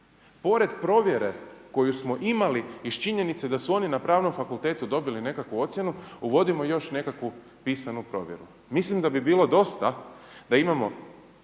pored provjere koju smo imali iz činjenice da su oni na pravnom fakultetu dobili nekakvu ocjenu uvodimo još nekakvu pisanu provjeru. Mislim da bi bilo dosta da imamo